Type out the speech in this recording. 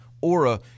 aura